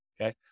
Okay